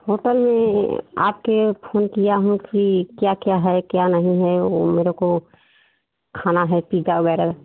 hotel में आपके phone किया हूँ कि क्या क्या है क्या नहीं है वो मेरे को खाना है पीका वगैरह